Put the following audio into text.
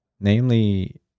Namely